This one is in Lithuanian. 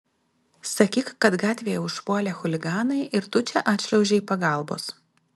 sakyk kad gatvėje užpuolė chuliganai ir tu čia atšliaužei pagalbos